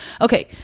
okay